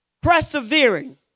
persevering